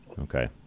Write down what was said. Okay